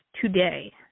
today